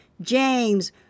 James